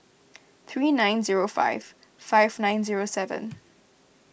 three nine zero five five nine zero seven